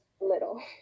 little